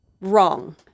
wrong